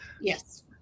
Yes